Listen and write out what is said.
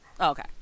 okay